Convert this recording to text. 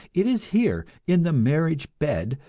it is here, in the marriage bed,